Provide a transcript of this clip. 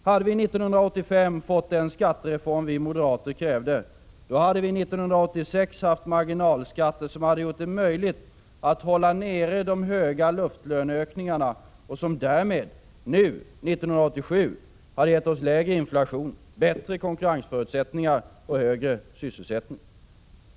Hade vi 1985 fått den skattereform moderaterna krävde, hade vi 1986 haft marginalskatter som hade gjort det möjligt att hålla nere de höga luftlöneökningarna och som därmed nu 1987 hade gett oss lägre inflation, bättre konkurrensförutsättningar och högre sysselsättning.